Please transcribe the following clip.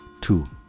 two